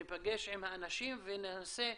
ניפגש עם האנשים וננסה,